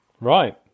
right